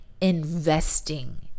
investing